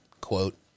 quote